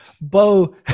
Bo